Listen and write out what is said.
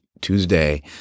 Tuesday